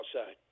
outside